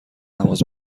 نماز